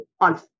on